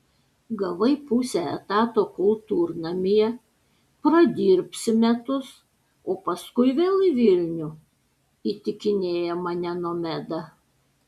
gavai pusę etato kultūrnamyje pradirbsi metus o paskui vėl į vilnių įtikinėja mane nomeda